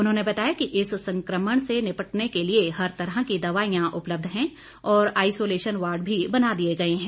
उन्होंने बताया कि इस संक्रमण से निपटने के लिए हर तरह की दवाईयां उपलब्ध है और आइसोलेशन वार्ड भी बना दिए गए हैं